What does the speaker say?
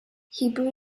hebrew